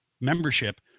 membership